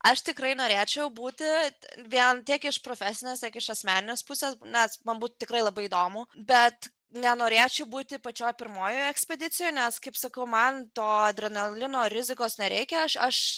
aš tikrai norėčiau būti vien tiek iš profesinės tiek iš asmeninės pusės nes būtų tikrai labai įdomu bet nenorėčiau būti pačioj pirmojoje ekspedicijoj nes kaip sakau man to adrenalino rizikos nereikia aš aš